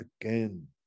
again